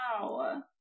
Wow